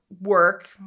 work